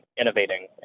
innovating